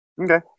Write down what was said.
Okay